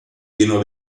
pieno